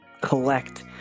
collect